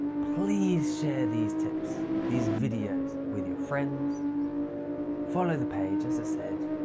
please share these tips. these videos with your friends follow the page as i said.